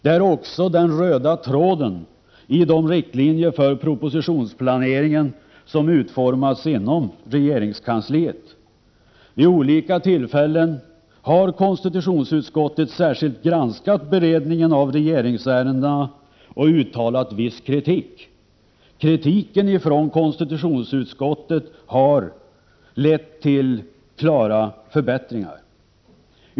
Det är också den röda tråden i de riktlinjer för propositionsplaneringen som utformats inom regeringskansliet. Vid olika tillfällen har konstitutionsutskottet särskilt granskat beredningen av regeringsärendena och uttalat viss kritik. Kritiken från konstitutionsutskottet har lett till klara förbättringar.